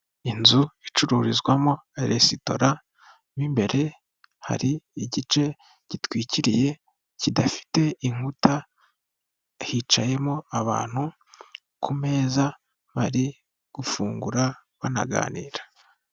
Inzu icururizwamo resitora mw'imbere hari igice gitwikiriye kidafite inkuta hicayemo abantu ku meza bari gufungura banaganira.